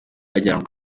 ajyanwa